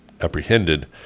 apprehended